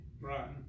Right